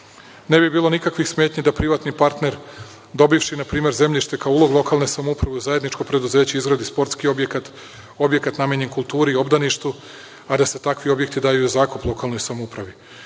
Ne bi bilo nikakvih smetnji da privatni partner dobivši npr. zemljište kao ulog lokalne samouprave u zajedničko preduzeće izgradi sportski objekat, objekat namenjen kulturi i obdaništu, a da se takvi objekti daju u zakup lokalnoj samoupravi.U